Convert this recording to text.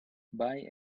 buy